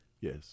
Yes